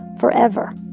forever